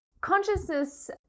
Consciousness